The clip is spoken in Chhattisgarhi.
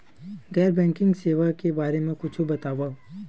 गैर बैंकिंग सेवा के बारे म कुछु बतावव?